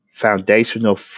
foundational